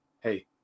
hey